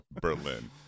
Berlin